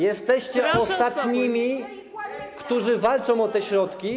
Jesteście ostatnimi, którzy walczą o te środki.